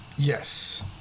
Yes